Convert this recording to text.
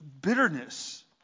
bitterness